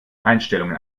einstellungen